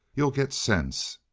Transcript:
you'll get sense.